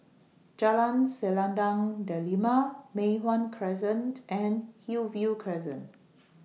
Jalan Selendang Delima Mei Hwan Crescent and Hillview Crescent